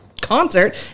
Concert